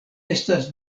estas